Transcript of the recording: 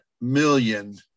million